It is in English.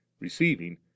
receiving